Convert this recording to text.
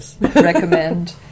recommend